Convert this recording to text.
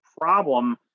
problem